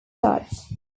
judge